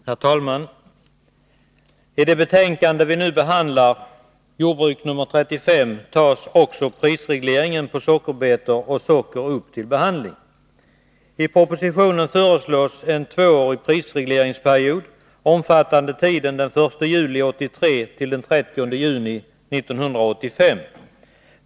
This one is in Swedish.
Herr talman! I det betänkande vi nu behandlar — jordbruksutskottets betänkande nr 35 — tas också prisregleringen på sockerbetor och socker upp till behandling. I propositionen föreslås en tvåårig prisregleringsperiod, omfattande tiden den 1 juli 1983-den 30 juli 1985.